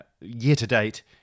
year-to-date